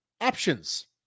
options